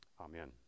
Amen